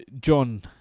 John